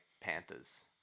Panthers